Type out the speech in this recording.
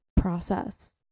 process